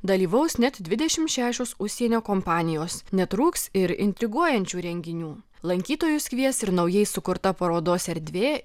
dalyvaus net dvidešim šešios užsienio kompanijos netrūks ir intriguojančių renginių lankytojus kvies ir naujai sukurta parodos erdvė